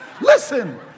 Listen